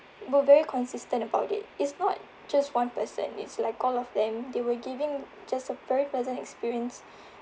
were very consistent about it it's not just one person it's like all of them they were giving just a very pleasant experience